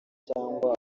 cyangwa